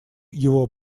его